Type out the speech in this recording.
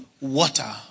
water